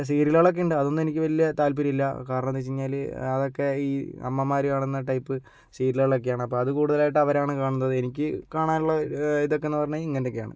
സീരിയലുകളൊക്കെ ഉണ്ട് അതൊന്നും എനിക്ക് വലിയ താല്പര്യം ഇല്ല കാരണന്താന്നു വെച്ച് കഴിഞ്ഞാല് അതൊക്കെ ഈ അമ്മമാര് കാണുന്ന ടൈപ്പ് സീരിയലുകളക്കെയാണ് അപ്പം അത് കൂടുതലായിട്ട് അവരാണ് കാണുന്നത് എനിക്ക് കാണാനുള്ള ഇതൊക്കെ എന്ന് പറഞ്ഞാൽ ഇങ്ങനെയൊക്കെയാണ്